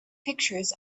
pictures